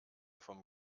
vom